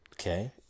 okay